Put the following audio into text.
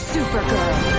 Supergirl